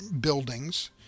buildings